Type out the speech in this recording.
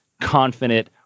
confident